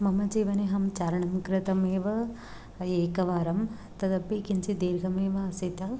मम जीवने अहं चारणं कृतमेव एकवारं तदपि किञ्चित् दीर्घमेव आसीत्